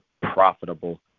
profitable